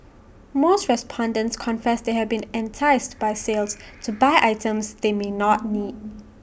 most respondents confess they have been enticed by sales to buy items they may not need